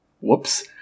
Whoops